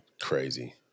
Crazy